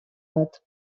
bat